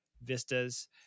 vistas